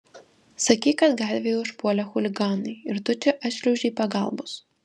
sakyk kad gatvėje užpuolė chuliganai ir tu čia atšliaužei pagalbos